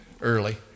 early